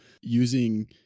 using